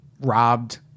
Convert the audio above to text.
robbed